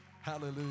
Hallelujah